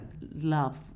love